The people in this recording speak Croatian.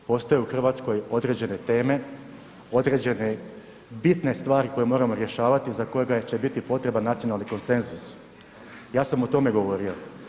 Postoji u Hrvatskoj određen teme, određene bitne stvari koje moramo rješavati za koje će biti potreban nacionalni konsenzus, ja sam o tome govorio.